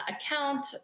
account